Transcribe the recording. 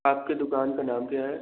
आपकी दुकान का नाम क्या है